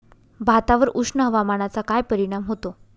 भातावर उष्ण हवामानाचा काय परिणाम होतो?